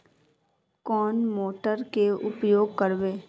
कौन मोटर के उपयोग करवे?